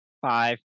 Five